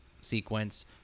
sequence